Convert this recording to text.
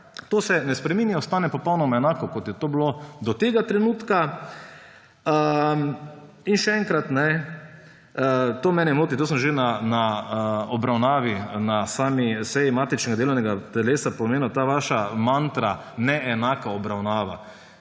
To se ne spreminja, ostane popolnoma enako, kot je to bilo do tega trenutka. Še enkrat, mene moti, to sem že na obravnavi na seji matičnega delovnega telesa povedal, ta vaša mantra: »neenaka obravnava«.